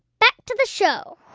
back to the show